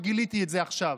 גיליתי את זה רק עכשיו.